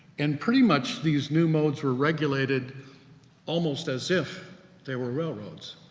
and pretty much these new modes were regulated almost as if they were railroads